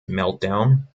meltdown